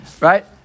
Right